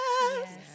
Yes